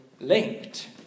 linked